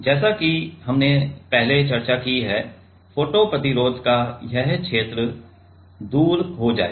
जैसा कि हमने सही चर्चा की है फोटो प्रतिरोध का यह क्षेत्र दूर हो जाएगा